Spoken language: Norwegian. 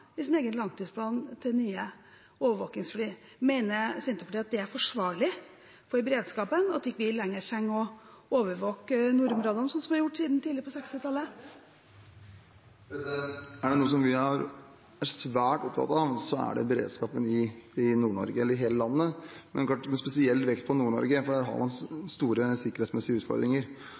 i sin egen langtidsplan til nye overvåkingsfly. Mener Senterpartiet at det er forsvarlig for beredskapen, og at vi ikke lenger trenger å overvåke nordområdene som vi har gjort tidligere? Er det noe vi er svært opptatt av, er det beredskapen i hele landet, med spesiell vekt på Nord-Norge, der har man store sikkerhetsmessige utfordringer.